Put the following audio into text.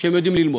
שהם יודעים ללמוד,